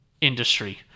industry